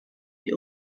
die